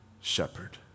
shepherd